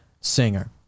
singer